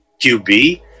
QB